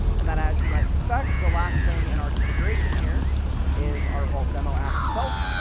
and then, as you might suspect, the last thing in our configuration here is our vault demo app itself,